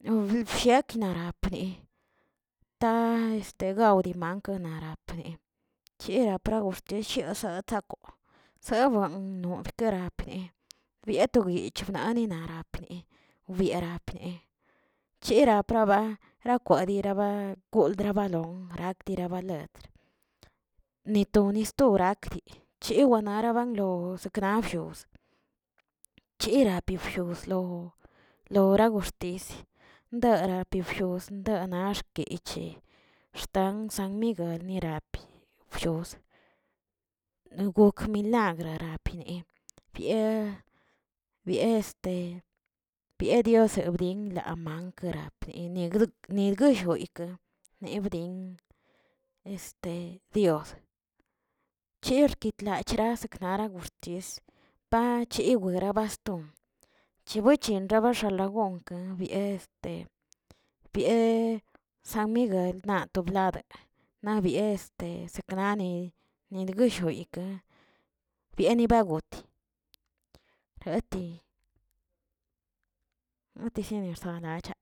wbelbsheknaꞌpni ta este gaw dimanka narapne, chira para goxtex yasa tsakoo sebuan arkara pnee, bieꞌ tognich bnaa narapnee wbierapnee, chera praba yakwari ba koldra baroo' wrakdilabaldr, ni to nistoratli yiwana baranlo gosenakblloo, chirapiushzlo- lora goxtis lara pishnos lanax nkich xtan san miguel mirapie, bshozə gpk milagrara pinee bie- biye este bie diosan binlo makrapnigdot nigollgoyitke ne bdin este dios, chirkitlachaasaknara goxtis pachirigurabas ston chiwichin xabaxalagon ke bie este bieꞌ sanmiguel na' tobladə naꞌ bieꞌ este seknani nidgushyoidke, bieni bagot gati ati sona- soanalacha.